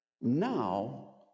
now